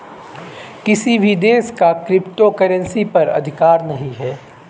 किसी भी देश का क्रिप्टो करेंसी पर अधिकार नहीं है